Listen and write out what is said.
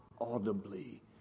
audibly